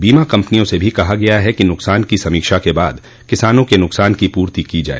बीमा कंपनियों से भी कहा गया है कि नुकसान की समीक्षा के बाद किसानों के नुकसान की पूर्ति की जाए